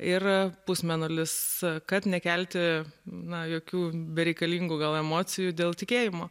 ir pusmėnulis kad nekelti na jokių bereikalingų gal emocijų dėl tikėjimo